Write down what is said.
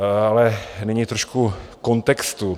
Ale nyní trošku kontextu.